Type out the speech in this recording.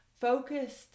focused